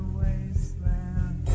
wasteland